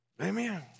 Amen